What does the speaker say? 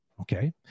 Okay